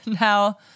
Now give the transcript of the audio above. now